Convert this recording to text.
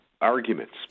arguments